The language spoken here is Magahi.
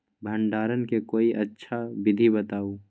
भंडारण के कोई अच्छा विधि बताउ?